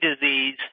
disease